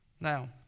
Now